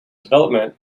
development